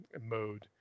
mode